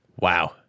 Wow